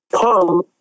come